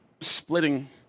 splitting